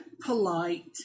polite